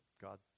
God